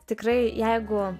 tikrai jeigu